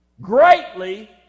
greatly